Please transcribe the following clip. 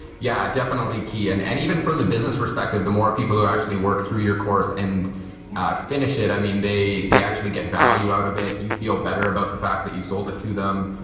yeah definitely key and and even from the business respective the more people who actually work through your course and not ah finish it, i mean they they actually get value out of it you feel better about the fact that you sold it to them,